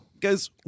Guys